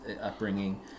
upbringing